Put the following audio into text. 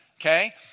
Okay